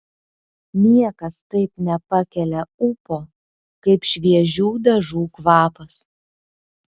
niekas taip nepakelia ūpo kaip šviežių dažų kvapas